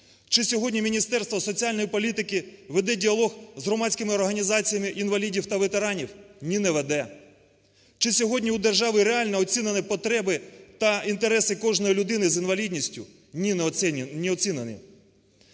Чи сьогодні Міністерство соціальної політики веде діалог з громадськими організаціями інвалідів та ветеранів? Ні, не веде. Чи сьогодні у держави реально оцінені потреби та інтереси кожної людини з інвалідністю? Ні, не оцінені.